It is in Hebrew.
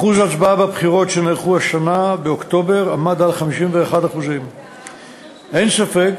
אחוז ההצבעה בבחירות שנערכו באוקטובר השנה היה 51%. אין ספק